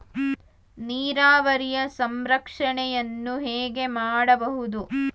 ನೀರಾವರಿಯ ಸಂರಕ್ಷಣೆಯನ್ನು ಹೇಗೆ ಮಾಡಬಹುದು?